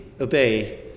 obey